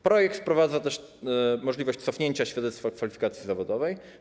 Projekt wprowadza też możliwość cofnięcia świadectwa kwalifikacji zawodowej.